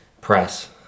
press